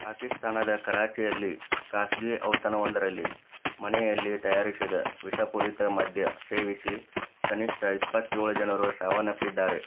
ಪಾಕಿಸ್ತಾನದ ಕರಾಚಿಯಲ್ಲಿ ಖಾಸಗಿ ಔತಣವೊಂದರಲ್ಲಿ ಮನೆಯಲ್ಲಿ ತಯಾರಿಸಿದ ವಿಷಪೂರಿತ ಮದ್ಯ ಸೇವಿಸಿ ಕನಿಷ್ಠ ಇಪ್ಪತ್ತೇಳು ಜನರು ಸಾವನ್ನಪ್ಪಿದ್ದಾರೆ